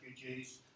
refugees